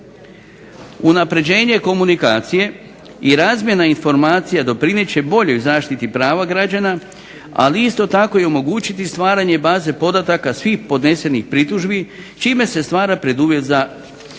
Unapređenje komunikacije i razmjena informacija doprinijet će boljoj zaštiti prava građana, ali isto tako i omogućiti stvaranje baze podataka svih podnesenih pritužbi čime se stvara preduvjet za empirijsko